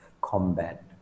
combat